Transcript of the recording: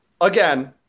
again